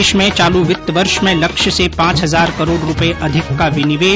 देश में चालू वित्त वर्ष में लक्ष्य से पांच हजार करोड रूपये अधिक का विनिवेश